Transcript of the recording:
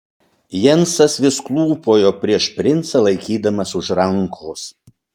jensas vis klūpojo prieš princą laikydamas už rankos